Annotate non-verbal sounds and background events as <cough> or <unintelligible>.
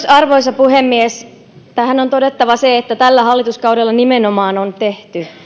<unintelligible> arvoisa puhemies tähän on todettava se että tällä hallituskaudella nimenomaan on tehty